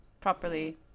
properly